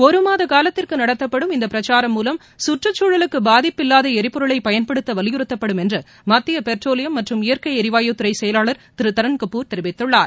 ஒருமாத காலத்திற்கு நடத்தப்படும் இந்த பிரசாரம் மூலம் கற்றுச்சூழலுக்கு பாதிப்பு இல்லாத ளிபொருளை பயன்படுத்த வலியுறத்தப்படும் என்று மத்திய பெட்ரோலியம் மற்றும் இயற்கை ளிவாயுத் துறை செயலாளர் திரு தருண் கபூர் தெரிவித்துள்ளார்